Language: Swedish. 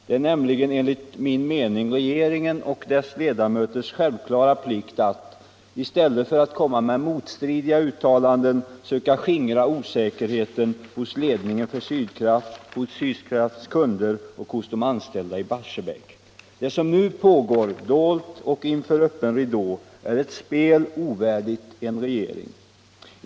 Det är nämligen enligt min mening regeringens och dess ledamöters självklara plikt att i stället för att komma med motstridiga uttalanden söka skingra osäkerheten hos ledningen för Sydkraft, hos Sydkrafts kunder och hos de anställda i Barsebäck. Det som nu pågår, dolt och inför öppen ridå, är ett spel ovärdigt en regering.